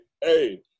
hey